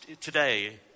today